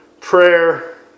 Prayer